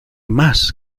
más